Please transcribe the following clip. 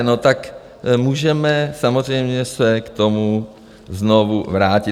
No tak můžeme samozřejmě se k tomu znovu vrátit.